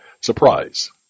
Surprise